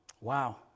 wow